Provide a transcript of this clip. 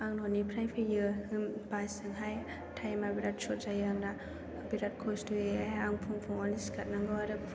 आं न'निफ्राय फैयो बासजोंहाय टाइमआ बिराद सर्ट जायो आंना बिराद खस्थ'यैहाय आं फुं फुङावनो सिखारनांगौ आरो